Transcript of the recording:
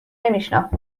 نمیشناخت